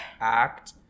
act